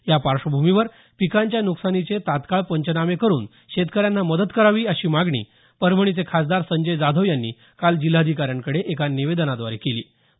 या पार्श्वभूमीवर पिकांच्या नुकसानीचे तात्काळ पंचनामे करून शेतकऱ्यांना मदत करावी अशी मागणी परभणीचे खासदार संजय जाधव यांनी काल जिल्हाधिकाऱ्यांकडे एका निवेदनाद्वारे केली आहे